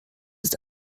ist